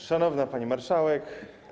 Szanowna Pani Marszałek!